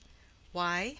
why?